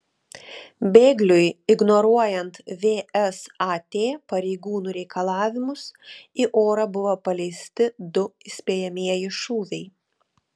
bėgliui ignoruojant vsat pareigūnų reikalavimus į orą buvo paleisti du įspėjamieji šūviai